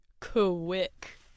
quick